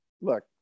look